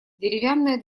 деревянная